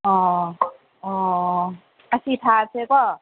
ꯑꯥ ꯑꯣ ꯑꯁꯤ ꯊꯥꯁꯦꯀꯣ